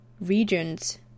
regions